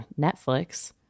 Netflix